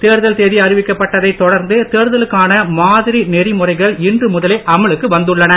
தேர்தல் தேதி அறிவிக்கப் பட்டதைத் தொடர்ந்து தேர்தலுக்கான மாதிரி நெறிமுறைகள் இன்று முதலே அமலுக்கு வந்துள்ளன